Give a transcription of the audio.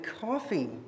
coffee